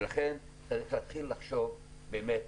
ולכן צריך להתחיל לחשוב באמת,